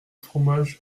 fromage